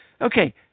Okay